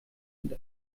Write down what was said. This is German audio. und